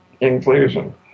inclusion